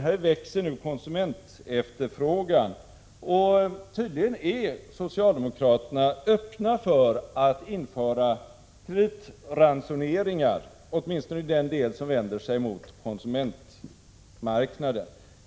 Nu växer konsumentefterfrågan, och tydligen är socialdemokraterna öppna för att införa kreditransoneringar, åtminstone i den del som vänder sig mot konsumentmarknaden.